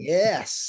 yes